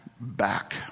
back